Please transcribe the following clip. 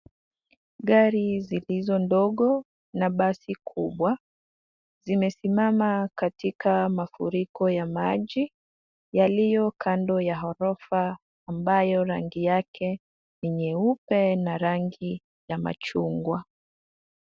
Gari zilizo ndogo na basi kubwa zimesimama katika mafuriko ya maji yaliyo kando ya ghorofa ambayo rangi yake ni nyeupe na rangi ya machungwa.